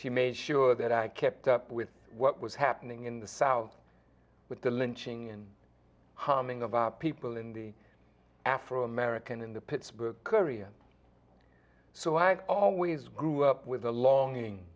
she made sure that i kept up with what was happening in the south with the lynching and humming of a people in the afro american in the pittsburgh area so i always grew up with a longing